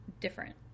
different